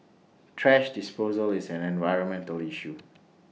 thrash disposal is an environmental issue